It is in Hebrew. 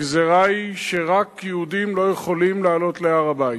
הגזירה היא שרק יהודים לא יכולים לעלות להר-הבית.